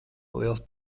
liels